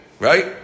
Right